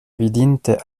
vidinte